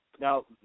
now